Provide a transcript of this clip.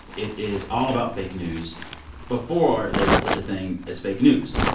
it is all about fake news before there was such a thing as fake news.